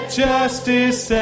justice